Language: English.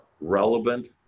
relevant